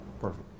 perfect